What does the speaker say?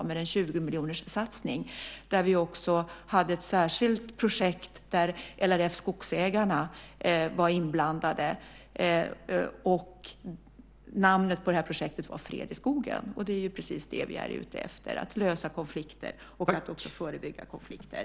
Det var en 20-miljonerssatsning där vi också hade ett särskilt projekt där LRF Skogsägarna var inblandade. Namnet på det här projektet var Fred i skogen, och det är ju precis det vi är ute efter, att lösa konflikter och att också förebygga konflikter.